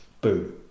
Boom